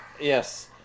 Yes